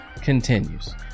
continues